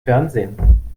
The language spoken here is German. fernsehen